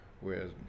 whereas